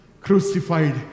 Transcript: crucified